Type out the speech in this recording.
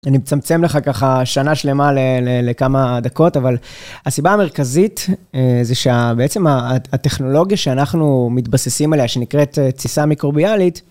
אני מצמצם לך ככה שנה שלמה לכמה דקות, אבל הסיבה המרכזית, זה שבעצם הטכנולוגיה שאנחנו מתבססים עליה, שנקראת תסיסה מיקרוביאלית,